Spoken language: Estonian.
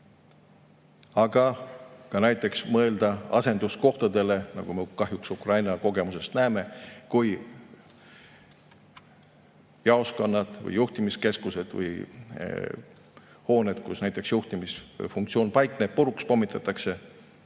Aga [tuleb] näiteks mõelda ka asenduskohtadele. Me kahjuks Ukraina kogemusest näeme, et kui jaoskonnad, juhtimiskeskused või hooned, kus juhtimisfunktsioon paikneb, puruks pommitatakse